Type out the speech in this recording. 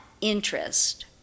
interest